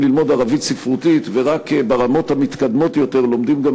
ללמוד ערבית ספרותית ורק ברמות המתקדמות יותר לומדים גם